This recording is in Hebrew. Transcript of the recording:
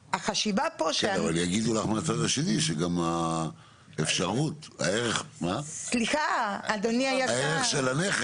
אבל יגידו לך מהצד השני שגם הערך של הנכס --- אדוני היקר,